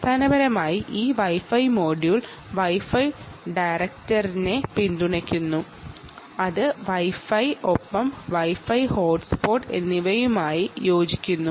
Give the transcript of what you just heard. അടിസ്ഥാനപരമായി ഈ wifi module wifi ഡയറക്റ്ററിനെ പിന്തുണയ്ക്കുന്നു അത് വൈ ഫൈയ്ക്കൊപ്പം വൈ ഫൈ ഹോട്ട്സ്പോട്ട് എന്നിവയുമായി യോജിക്കുന്നു